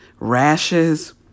rashes